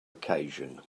occasion